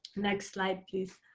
next slide, please.